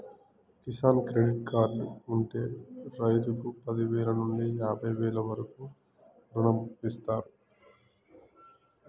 Kisan credit card ఉంటె రైతుకు పదివేల నుండి యాభై వేల వరకు రుణమిస్తారు